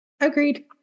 Agreed